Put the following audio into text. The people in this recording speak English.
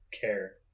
Care